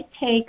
take